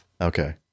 Okay